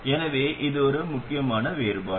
எனவே இது ஒரு மிக முக்கியமான வேறுபாடு